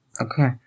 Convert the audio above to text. Okay